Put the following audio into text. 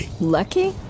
Lucky